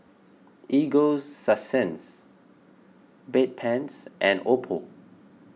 Ego Sunsense Bedpans and Oppo